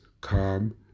calm